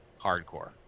hardcore